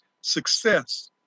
success